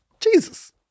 Jesus